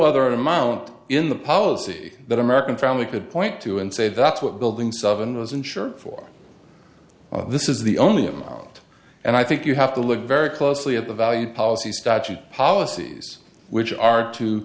other amount in the policy that american family could point to and say that's what building seven was insured for this is the only amount and i think you have to look very closely at the value policies dodgy policies which are to